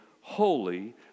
holy